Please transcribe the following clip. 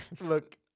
look